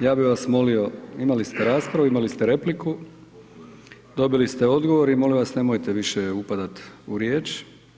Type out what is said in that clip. ja bih vas molio, imali ste raspravu, imali ste repliku, dobili ste odgovor i molim vas nemojte više upadat u riječ.